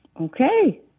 Okay